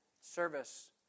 service